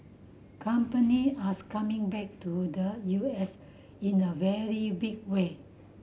company as coming back to the U S in a very big way